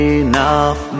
enough